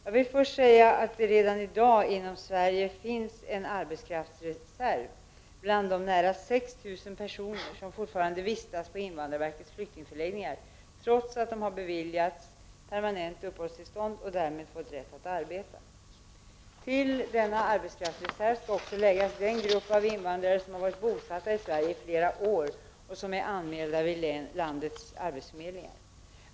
Jag vill först säga att det redan i dag inom Sverige finns en arbetskraftsreserv bland de nära 6 000 personer som fortfarande vistas på invandrarverkets flyktingförläggningar, trots att de har beviljats permanent uppehållstillstånd och därmed fått rätt att arbeta. Till denna arbetskraftsreserv skall man också lägga den grupp av invandrare som varit bosatta i Sverige i flera år och som är anmälda vid landets arbetsförmedlingar.